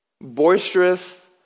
Boisterous